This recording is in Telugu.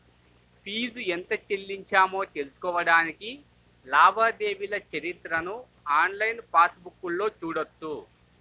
ఫీజు ఎంత చెల్లించామో తెలుసుకోడానికి లావాదేవీల చరిత్రను ఆన్లైన్ పాస్ బుక్లో చూడొచ్చు